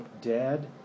dead